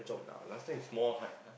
uh last time is more hard ah